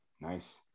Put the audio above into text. Nice